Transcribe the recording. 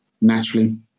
naturally